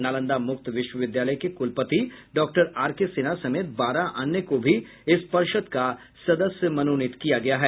नालंदा मुक्त विश्वविद्यालय के कुलपति डॉक्टर आरके सिन्हा समेत बारह अन्य को भी इस पर्षद का सदस्य मनोनीत किया गया है